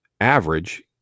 average